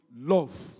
love